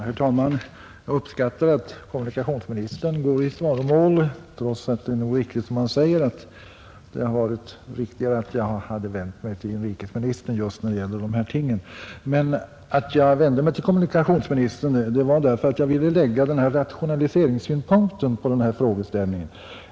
Herr talman! Jag uppskattar att kommunikationsministern går i svaromål, trots att det nog är riktigt som han säger att det hade varit bättre om jag vänt mig till inrikesministern just när det gäller dessa ting. Att jag vände mig till kommunikationsministern berodde på att jag ville anlägga rationaliseringssynpunkten på denna frågeställning.